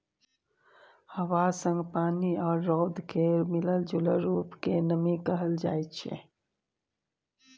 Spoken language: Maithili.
हबा संग पानि आ रौद केर मिलल जूलल रुप केँ नमी कहल जाइ छै